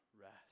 rest